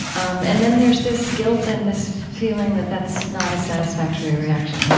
um and then there's this guilt and this feeling that that's not a satisfactory reaction.